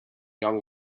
young